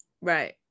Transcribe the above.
Right